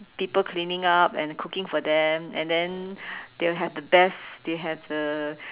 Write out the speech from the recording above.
people cleaning up and cooking for them and then they'll have the best they'll have the